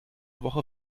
woche